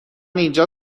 اینجا